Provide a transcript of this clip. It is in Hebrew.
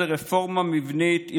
רפורמה מבנית,